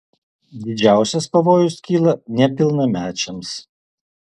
didžiausias pavojus kyla nepilnamečiams